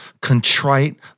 contrite